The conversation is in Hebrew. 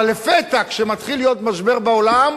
אבל לפתע, כשמתחיל להיות משבר בעולם,